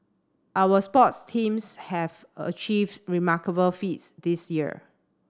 our sports teams have achieved remarkable feats this year